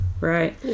Right